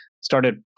started